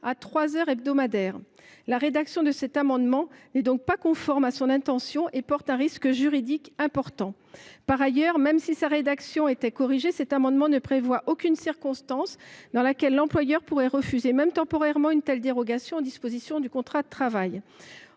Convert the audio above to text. à 3 heures hebdomadaires. La rédaction de cet amendement n’est donc pas conforme aux intentions de ses auteurs et emporte un risque juridique important. Par ailleurs, même si sa rédaction était corrigée, il ne prévoit aucune circonstance dans laquelle l’employeur pourrait refuser, même temporairement, une telle dérogation aux dispositions du contrat de travail.